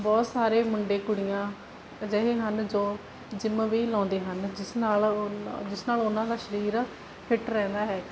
ਬਹੁਤ ਸਾਰੇ ਮੁੰਡੇ ਕੁੜੀਆਂ ਅਜਿਹੇ ਹਨ ਜੋ ਜਿੰਮ ਵੀ ਲਾਉਂਦੇ ਹਨ ਜਿਸ ਨਾਲ ਜਿਸ ਨਾਲ ਉਹਨਾਂ ਦਾ ਸਰੀਰ ਫਿਟ ਰਹਿੰਦਾ ਹੈ